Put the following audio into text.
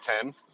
Ten